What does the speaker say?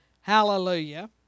Hallelujah